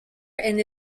and